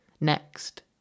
next